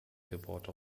gebaute